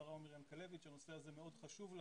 השרה עומר ינקלביץ' שהנושא הזה מאוד חשוב לה